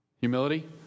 Humility